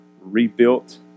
rebuilt